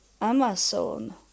Amazon